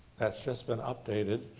that's just been updated,